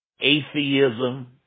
atheism